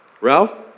Ralph